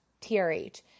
trh